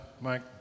Mike